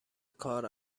کار